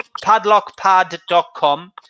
Padlockpad.com